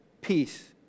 peace